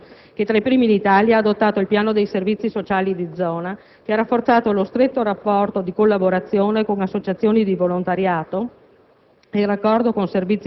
C'è poi il Comune di Torino, tra i primi in Italia ad aver adottato il piano dei servizi sociali di zona, che ha rafforzato lo stretto rapporto di collaborazione con associazioni di volontariato